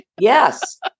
Yes